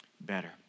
better